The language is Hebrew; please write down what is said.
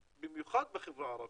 שבמיוחד בחברה הערבית,